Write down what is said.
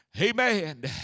Amen